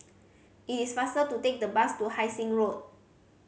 it is faster to take the bus to Hai Sing Road